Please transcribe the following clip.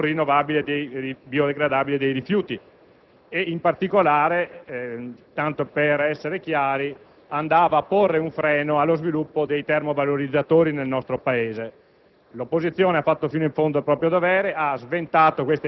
alle fonti assimilate alle rinnovabili, come la frazione non biodegradabile dei rifiuti. In particolare, tanto per essere chiari, quella disposizione andava a porre un freno allo sviluppo dei termovalorizzatori nel nostro Paese.